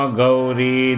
Gauri